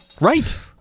Right